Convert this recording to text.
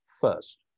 first